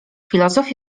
filozof